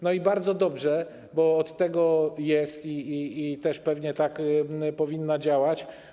No i bardzo dobrze, bo od tego jest i tak pewnie powinna działać.